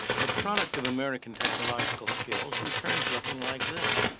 the product of american technological skills returns looking like this.